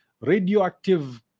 Radioactive